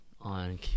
On